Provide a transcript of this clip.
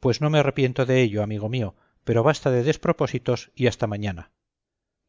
pues no me arrepiento de ello amigo mío pero basta de despropósitos y hasta mañana